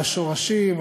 על השורשים,